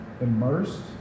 immersed